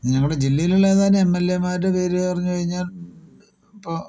ഞങ്ങളുടെ ജില്ലയിലുള്ള ഏതാനും എം എൽ എമാരുടെ പേര് പറഞ്ഞു കഴിഞ്ഞാൽ ഇപ്പോൾ